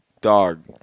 Dog